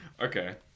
okay